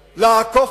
לנזקקים.